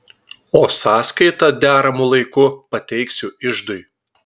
o sąskaitą deramu laiku pateiksiu iždui